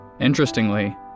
interestingly